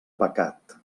pecat